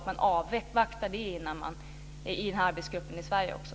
Man avvaktar det i arbetsgruppen i Sverige också.